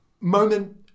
moment